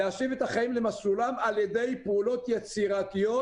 להשיב את החיים למסלולם על-ידי פעולות יצירתיות,